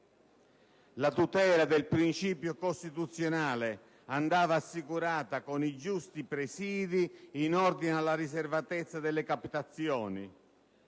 La tutela del principio costituzionale andava assicurata con i giusti presìdi in ordine alla riservatezza delle captazioni,